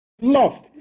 lost